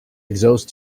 exhaust